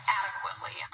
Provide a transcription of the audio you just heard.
adequately